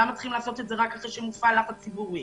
למה צריכים לעשות את זה רק אחרי שמופעל לחץ ציבורי?